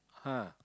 !huh!